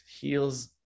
heals